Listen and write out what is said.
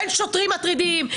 אין שוטרים מטרידים,